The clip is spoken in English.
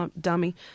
Dummy